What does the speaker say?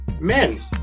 men